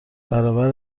برابر